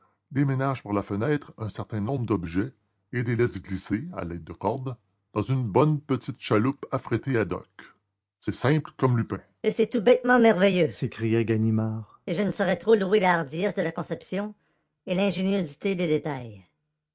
déménagent par la fenêtre un certain nombre d'objets et les laissent glisser à l'aide de cordes dans une bonne petite chaloupe affrétée ad hoc c'est simple comme lupin et c'est tout bêtement merveilleux s'écria ganimard et je ne saurais trop louer la hardiesse de la conception et l'ingéniosité des détails